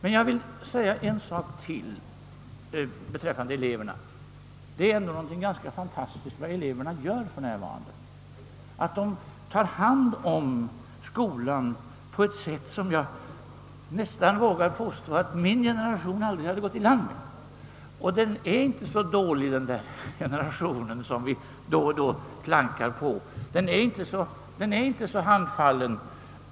Men jag vill också beträffande eleverna säga att det de för närvarande åstadkommer är någonting fantastiskt; de tar hand om skolan på ett sätt som jag vågar påstå att min generation aldrig hade gått i land med. Den är inte så dålig, den där generationen som vi då och då klankar på, den är inte så handfallen!